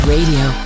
Radio